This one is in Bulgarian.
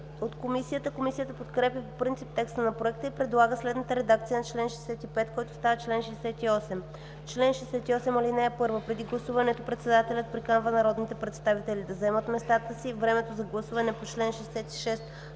от Комисията. Комисията подкрепя по принцип текста на Проекта и предлага следната редакция на чл. 65, който става чл. 68: „Чл. 68. (1) Преди гласуването председателят приканва народните представители да заемат местата си. Времето за гласуване по чл. 66,